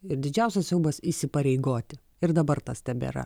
ir didžiausias siaubas įsipareigoti ir dabar tas tebėra